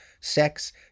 sex